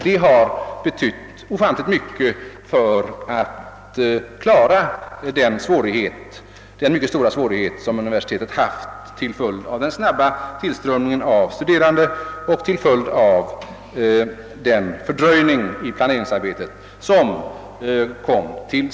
Detta har betytt ofantligt mycket för att klara de mycket stora svårigheter som universitetet mött till följd av den snabba ökningen av antalet studerande och till följd av den fördröjning i planeringsarbetet som uppstått.